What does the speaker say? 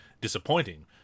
disappointing